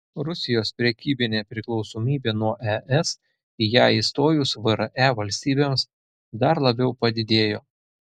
rusijos prekybinė priklausomybė nuo es į ją įstojus vre valstybėms dar labiau padidėjo